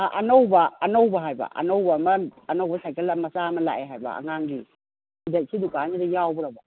ꯑꯅꯧꯕ ꯑꯅꯧꯕ ꯍꯥꯏꯕ ꯑꯅꯧꯕ ꯑꯃ ꯑꯅꯧꯕ ꯁꯥꯏꯀꯜ ꯑꯃ ꯃꯆꯥ ꯑꯃ ꯂꯥꯛꯑꯦ ꯍꯥꯏꯕ ꯑꯉꯥꯡꯒꯤ ꯁꯤꯗ ꯁꯤ ꯗꯨꯀꯥꯟꯁꯤꯗ ꯌꯥꯎꯕ꯭ꯔꯕ